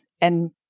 And-